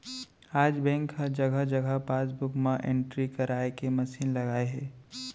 आज बेंक ह जघा जघा पासबूक म एंटरी कराए के मसीन लगाए हे